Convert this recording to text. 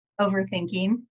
overthinking